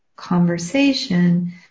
conversation